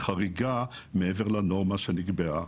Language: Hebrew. חריגה מעבר לנורמה שנקבעה.